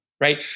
Right